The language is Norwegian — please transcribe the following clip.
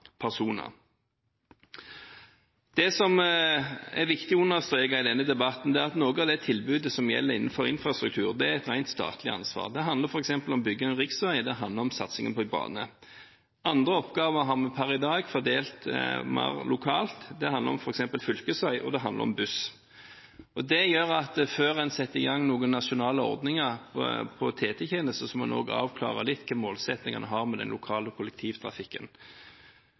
personer. Det som er viktig å understreke i denne debatten, er at noe av det tilbudet som gjelder innenfor infrastruktur, er et rent statlig ansvar. Det handler f.eks. om å bygge en riksvei, og det handler om satsing på en bane. Andre oppgaver har vi per i dag fordelt mer lokalt. Det handler om f.eks. fylkesvei, og det handler om buss. Det gjør at før en setter i gang noen nasjonale ordninger for TT-tjenesten, må en også avklare litt hvilke målsettinger en har med den lokale kollektivtrafikken.